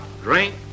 drink